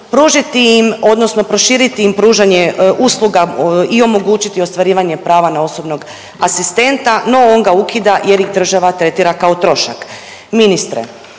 pružiti im odnosno proširiti im pružanje usluga i omogućiti ostvarivanje prava na osobnog asistenta, no on ga ukida jer ih država tretira kao trošak. Ministre,